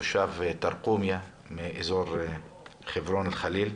תושב תרקומיא מאזור חברון אל ח'ליל.